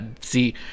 See